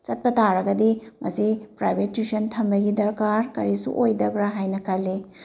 ꯆꯠꯄ ꯇꯥꯔꯒꯗꯤ ꯃꯁꯤ ꯄ꯭ꯔꯥꯏꯚꯦꯠ ꯇ꯭ꯋꯤꯁꯟ ꯊꯝꯕꯒꯤ ꯗꯔꯀꯥꯔ ꯀꯔꯤꯁꯨ ꯑꯣꯏꯗꯕ꯭ꯔ ꯍꯥꯏꯅ ꯈꯜꯂꯤ